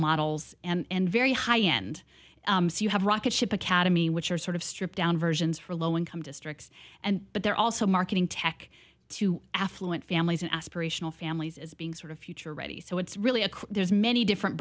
models and very high end have rocket ship academy which are sort of stripped down versions for low income districts and but they're also marketing tech to affluent families and aspirational families as being sort of future ready so it's really a there's many different